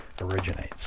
originates